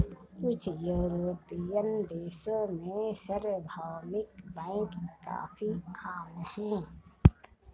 कुछ युरोपियन देशों में सार्वभौमिक बैंक काफी आम हैं